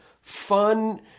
fun